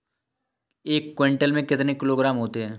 एक क्विंटल में कितने किलोग्राम होते हैं?